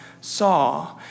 saw